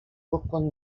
brooklyn